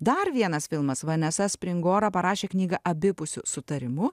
dar vienas filmas vanesa springora parašė knygą abipusiu sutarimu